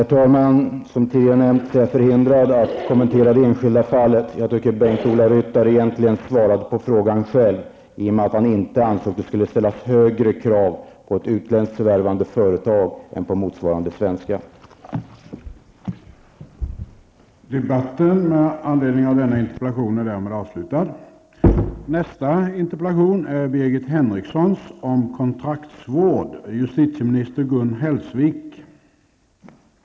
Herr talman! Som tidigare nämnts är jag förhindrad att kommentera det enskilda fallet. Jag tycker att Bengt-Ola Ryttar egentligen själv har svarat på sin fråga i och med att han inte ansåg att det skulle ställas högre krav på ett utländskt förvärvande företag än på motsvarande svenska företag.